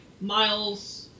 Miles